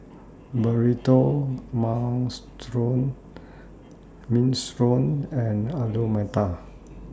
Burrito Minestrone strong and Alu Matar